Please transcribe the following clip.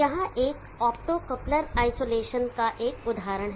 यहाँ एक optocoupler isolation का एक उदाहरण है